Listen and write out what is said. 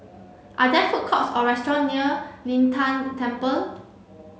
are there food courts or restaurant near Lin Tan Temple